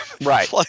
Right